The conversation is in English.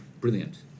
Brilliant